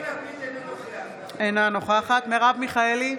אינה נוכחת מרב מיכאלי,